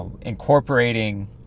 incorporating